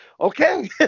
okay